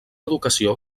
educació